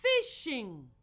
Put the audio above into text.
Fishing